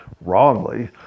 wrongly